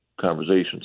conversations